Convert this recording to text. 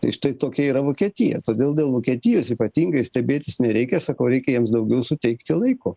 tai štai tokia yra vokietija todėl dėl vokietijos ypatingai stebėtis nereikia sakau reikia jiems daugiau suteikti laiko